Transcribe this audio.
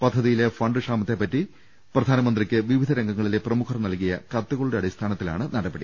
പദ്ധതി യിലെ ഫണ്ട് ക്ഷാമത്തെപറ്റി പ്രധാനമന്ത്രിക്ക് വിവിധ രംഗങ്ങളിലെ പ്രമുഖർ നൽകിയ കത്തുകളുടെ അടിസ്ഥാനത്തിലാണ് നടപടി